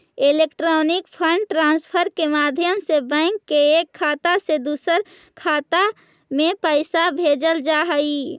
electronic fund transfer के माध्यम से बैंक के एक खाता से दूसर खाते में पैइसा भेजल जा हइ